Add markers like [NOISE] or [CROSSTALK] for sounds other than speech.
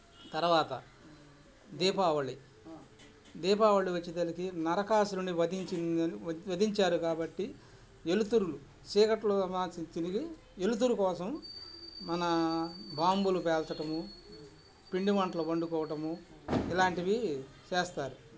తర్వాత దీపావళి దీపావళి వచ్చేసరికి నరకాసురుని వధించింద వధించారు కాబట్టి వెలుతురులు చీకట్లో [UNINTELLIGIBLE] వెలుతురు కోసం మన బాంబులు పేల్చటము పిండి వంటలు వండుకోవటము ఇలాంటివి చేస్తారు